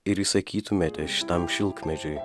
ir įsakytumėte šitam šilkmedžiui